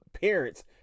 parents